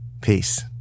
Peace